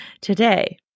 today